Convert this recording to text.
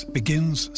begins